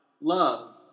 love